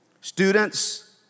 Students